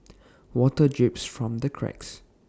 water drips from the cracks